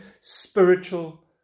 spiritual